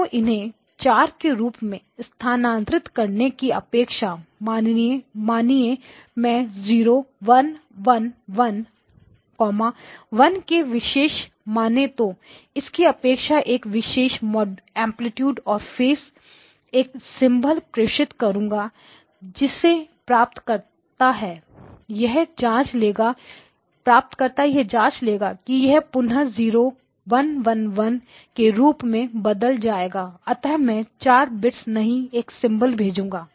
तो इन्हें 4 के रूप में स्थानांतरित करने की अपेक्षा माननीय में 0111 1 को विशेष माने तो मैं इसकी अपेक्षा एक विशेष एंप्लीट्यूड और फेस एक सिंबल प्रेषित करूंगा जिसे प्राप्त करता यह जांच लेगा कि यह पुनः 0111 के रूप में बदल जाएगा अतः मैं 4 बिट्स नहीं एक सिंबल्स भेजूंगा